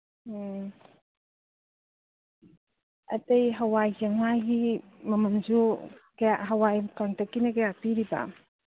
ꯑꯣ ꯑꯇꯩ ꯍꯋꯥꯏ ꯆꯦꯡꯋꯥꯏꯒꯤ ꯃꯃꯜꯁꯨ ꯀꯌꯥ ꯍꯋꯥꯏ ꯀꯪꯇꯛꯀꯤꯅ ꯀꯌꯥ ꯄꯤꯔꯤꯕ